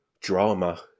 drama